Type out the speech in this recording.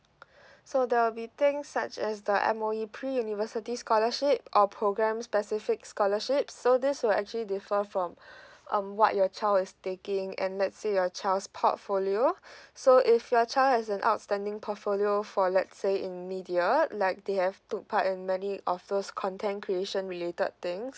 so there'll be thing such as the M_O_E pre university scholarship or programme specific scholarships so this will actually differ from um what your child is taking and let's say your child's portfolio so if your child has an outstanding portfolio for let's say in media like they have took part in many of those content creation related things